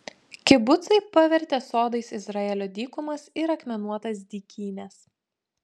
kibucai pavertė sodais izraelio dykumas ir akmenuotas dykynes